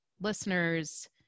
listeners